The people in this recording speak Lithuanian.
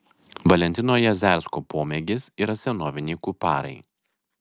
valentino jazersko pomėgis yra senoviniai kuparai